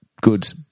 good